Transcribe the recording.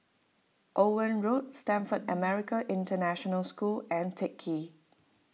Owen Road Stamford American International School and Teck Ghee